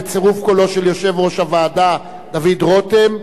בצירוף קולו של יושב-ראש הוועדה דוד רותם,